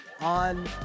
on